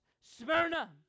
Smyrna